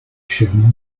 should